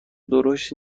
درشت